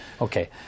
Okay